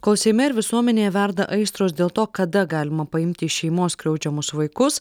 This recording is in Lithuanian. kol seime ir visuomenėje verda aistros dėl to kada galima paimti iš šeimos skriaudžiamus vaikus